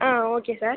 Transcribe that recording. ah okay sir